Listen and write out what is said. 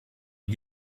wie